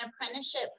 apprenticeship